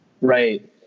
Right